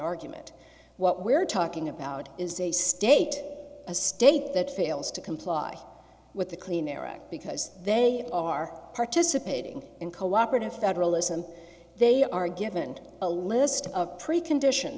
argument what we're talking about is a state a state that fails to comply with the clean air act because they are participating in cooperative federalism they are given a list of precondition